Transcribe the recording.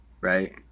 right